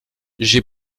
j’ai